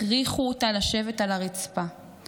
הכריחו אותה לשבת על הרצפה,